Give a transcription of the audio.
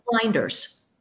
blinders